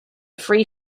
free